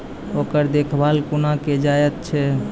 ओकर देखभाल कुना केल जायत अछि?